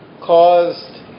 caused